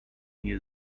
near